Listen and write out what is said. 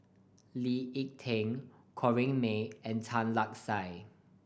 Lee Ek Tieng Corrinne May and Tan Lark Sye